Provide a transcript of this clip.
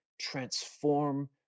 transform